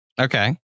Okay